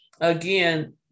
again